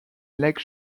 lake